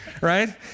right